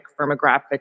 firmographic